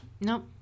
Nope